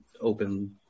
open